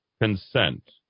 consent